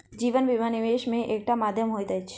जीवन बीमा, निवेश के एकटा माध्यम होइत अछि